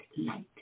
light